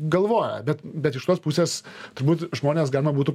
galvoja bet bet iš tos pusės turbūt žmones galima būtų